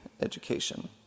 Education